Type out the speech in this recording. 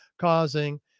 causing